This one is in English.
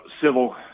civil